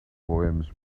poems